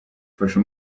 mfasha